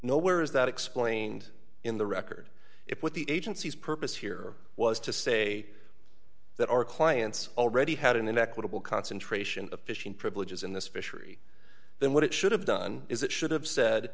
nowhere is that explained in the record if what the agency's purpose here was to say that our clients already had an equitable concentration of fishing privileges in this fishery then what it should have done is it should have said